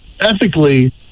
ethically